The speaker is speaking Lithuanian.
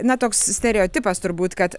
na toks stereotipas turbūt kad